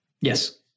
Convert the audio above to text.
Yes